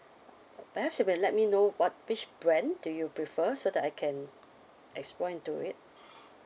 perhaps you can let me know what which brand do you prefer so that I can explore into it